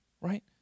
right